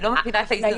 אני לא מבינה את האיזון.